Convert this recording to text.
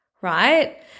Right